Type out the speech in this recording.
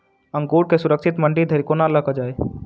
अंगूर केँ सुरक्षित मंडी धरि कोना लकऽ जाय?